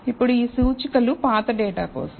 ఇప్పుడు ఈ సూచికలు పాత డేటా కోసం